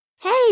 Hey